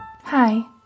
Hi